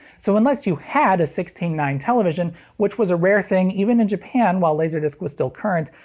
so unless you had a sixteen nine television, which was a rare thing even in japan while laserdisc was still current,